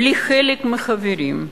בלי חלק מהחברים,